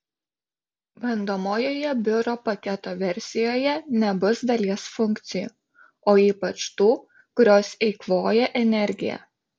bandomojoje biuro paketo versijoje nebus dalies funkcijų o ypač tų kurios eikvoja energiją